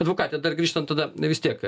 advokate dar grįžtant tada vis tiek